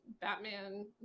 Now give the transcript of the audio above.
batman